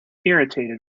irritated